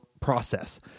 process